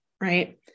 right